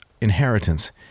inheritance